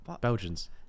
Belgians